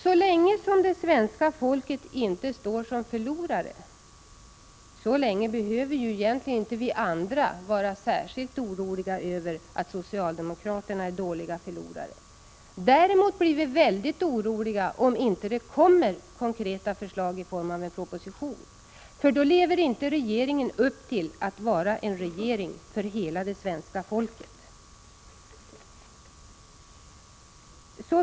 Så länge som svenska folket inte står som förlorare behöver vi egentligen inte vara särskilt oroliga över att socialdemokraterna är dåliga förlorare. Däremot blir vi mycket oroliga om det inte i proposition framläggs några konkreta förslag på denna punkt, för då lever regeringen inte upp till uppgiften att vara en regering för hela svenska folket.